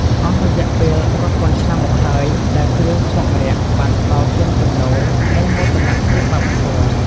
អស់រយៈពេលរាប់ពាន់ឆ្នាំមកហើយ ដែលគ្រឿងខ្មុកម្រ័ក្សណ៍បានផ្ដល់ទាំងចំណូល និងមោទនភាពវប្បធម៌។